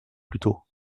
plutôt